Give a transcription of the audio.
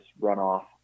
runoff